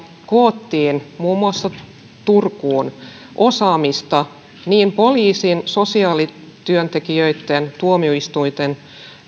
koottiin muun muassa turkuun osaamista niin poliisin sosiaalityöntekijöitten kuin tuomioistuinten